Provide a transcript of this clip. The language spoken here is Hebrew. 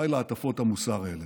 די להטפות המוסר האלה.